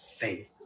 faith